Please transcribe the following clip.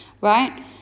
right